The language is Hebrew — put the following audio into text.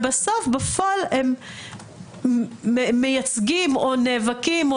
ובסוף בפועל הם מייצגים או נאבקים או